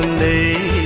the